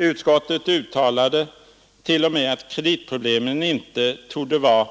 Utskottet uttalade t.o.m. att kreditproblemen inte torde ”vara